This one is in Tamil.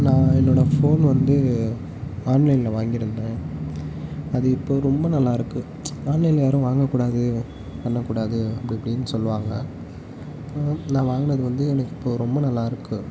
நான் என்னோடய ஃபோன் வந்து ஆன்லைனில் வாங்கியிருந்தேன் அது இப்போது ரொம்ப நல்லா இருக்குது ஆன்லைனில் யாரும் வாங்கக்கூடாது பண்ணக்கூடாது அப்படி இப்படின்னு சொல்லுவாங்க நான் வாங்கினது வந்து எனக்கு இப்போது ரொம்ப நல்லா இருக்குது